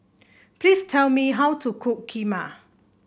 please tell me how to cook Kheema